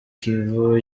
kivu